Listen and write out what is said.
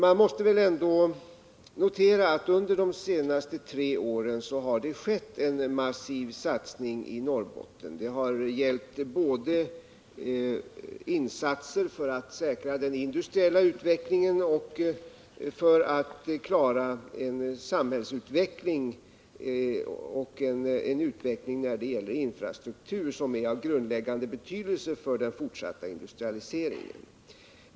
Man måste väl ändå notera att det under de senaste tre åren har skett en massiv satsning i Norrbotten. Det har gällt insatser både för att säkra den industriella utvecklingen och för att klara en samhällsutveckling och en utveckling när det gäller infrastruktur, som är av grundläggande betydelse för den fortsatta industrialiseringen.